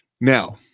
Now